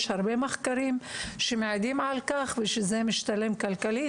יש הרבה מחקרים שמעידים על כך שזה משתלם כלכלית,